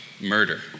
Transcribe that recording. murder